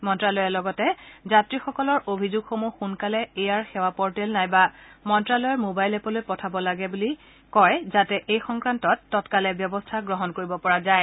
মন্তালয়ে লগতে যাত্ৰীসকলৰ অভিযোগসমূহ সোনকালে এয়াৰ সেৱা পৰ্টেল নাইবা মন্তালয়ৰ মোবাইল এপলৈ পঠাব লাগে যাতে এই সংক্ৰান্তত তৎকালে ব্যৱস্থা গ্ৰহণ কৰিব পৰা যায়